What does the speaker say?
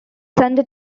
sunday